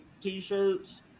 t-shirts